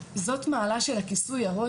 זאת המעלה של כיסוי הראש,